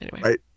Right